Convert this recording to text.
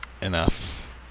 enough